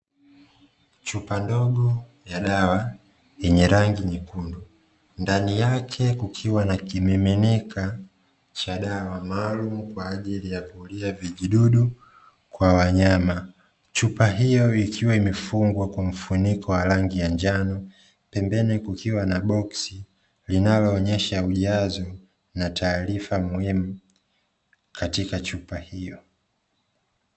Chupa ndogo ya dawa yenye rangi nyekundu, ndani yake kukiwa na kimiminika cha dawa maalumu kwa ajili ya kuulia vijidudu kwa wanyama. Chupa hiyo ikiwa imefungwa kwa mfuniko wa rangi ya njano, pembeni kukiwa na boksi linaloonyesha ujazo na taarifa muhimu katika chupa hiyo.